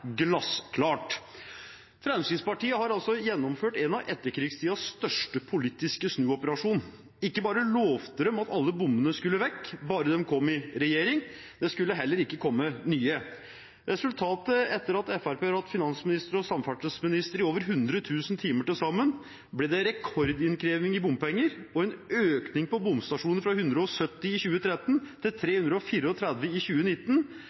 glassklart. Fremskrittspartiet har altså gjennomført en av etterkrigstidens største politiske snuoperasjoner. Ikke bare lovte de at alle bommene skulle vekk, bare de kom i regjering; det skulle heller ikke komme nye. Resultatet etter at Fremskrittspartiet har hatt finansministeren og samferdselsministeren i over 100 000 timer til sammen, ble rekordinnkreving av bompenger og en økning i bomstasjoner fra 170 i 2013 til 334 i 2019.